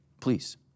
please